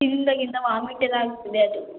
ತಿಂದಾಗಿಂದ ವಾಮಿಟೆಲ್ಲ ಆಗ್ತಿದೆ ಅದು